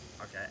Okay